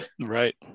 Right